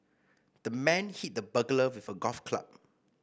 the man hit the burglar with a golf club